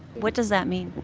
what does that mean?